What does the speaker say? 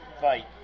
fight